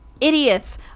idiots